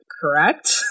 correct